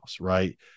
right